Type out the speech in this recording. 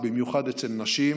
במיוחד אצל נשים,